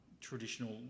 traditional